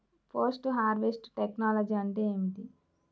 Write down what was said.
Post harvest technology అంటే ఏమిటి?